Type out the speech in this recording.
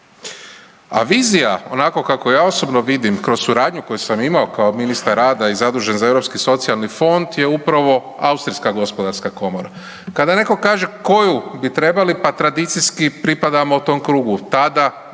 A vizija onako kako ja osobno vidim kroz suradnju koju imao kao ministar rada i zadužen za Europski socijalni fond je upravo austrijska gospodarska komora. Kada netko kaže koju bi trebali, pa tradicijski pripadamo tom krugu tada